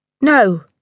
No